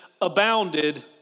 abounded